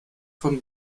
von